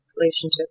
relationship